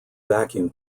vacuum